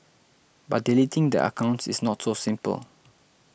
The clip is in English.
but deleting their accounts is not so simple